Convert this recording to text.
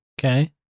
Okay